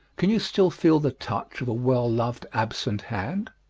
can you still feel the touch of a well-loved absent hand?